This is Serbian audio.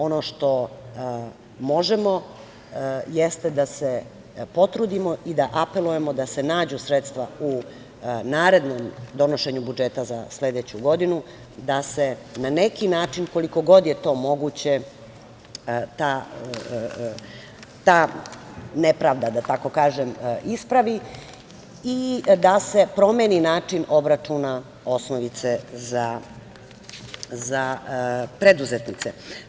Ono što možemo jeste da se potrudimo i da apelujemo da se nađu sredstva u narednom donošenju budžeta za sledeću godinu, da se na neki način, koliko god je to moguće, ta nepravda, da tako kažem, ispravi i da se promeni način obračuna osnovice za preduzetnice.